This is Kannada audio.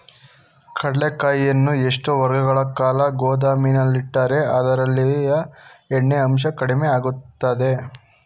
ಕಡ್ಲೆಕಾಯಿಯನ್ನು ಎಷ್ಟು ವರ್ಷಗಳ ಕಾಲ ಗೋದಾಮಿನಲ್ಲಿಟ್ಟರೆ ಅದರಲ್ಲಿಯ ಎಣ್ಣೆ ಅಂಶ ಕಡಿಮೆ ಆಗುತ್ತದೆ?